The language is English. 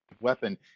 weapon